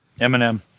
Eminem